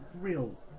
real